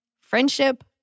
friendship